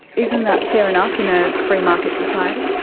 isn't that fair enough in a free market society?